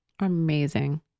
Amazing